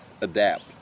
adapt